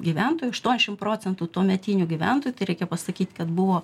gyventojų aštuoniasšim procentų tuometinių gyventojų tai reikia pasakyt kad buvo